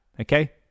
Okay